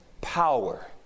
power